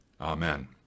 Amen